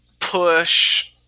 push